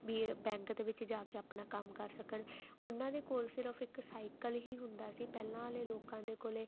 ਵੀ ਇਹ ਬੈਂਕ ਦੇ ਵਿੱਚ ਜਾ ਕੇ ਆਪਣਾ ਕੰਮ ਕਰ ਸਕਣ ਉਹਨਾਂ ਦੇ ਕੋਲ ਸਿਰਫ਼ ਇੱਕ ਸਾਈਕਲ ਹੀ ਹੁੰਦਾ ਸੀ ਪਹਿਲਾਂ ਵਾਲੇ ਲੋਕਾਂ ਦੇ ਕੋਲ